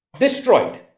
destroyed